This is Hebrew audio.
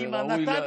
וראוי להזכיר,